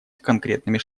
конкретными